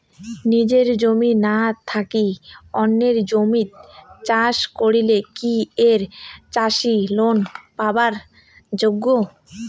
নিজের জমি না থাকি অন্যের জমিত চাষ করিলে কি ঐ চাষী লোন পাবার যোগ্য?